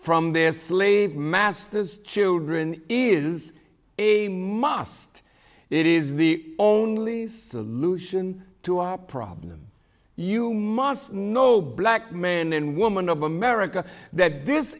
from their slave masters children is a must it is the only solution to our problem you must know black man and woman of america that this